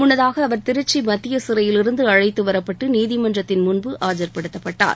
முன்னதாக அவர் திருச்சி மத்திய சிறையிலிருந்து அழைத்து வரப்டட்டு நீதிமன்றத்தின் முன்பு ஆஜர்படுத்தப்பட்டார்